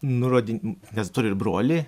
nurodin nes turi ir brolį